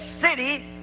city